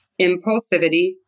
impulsivity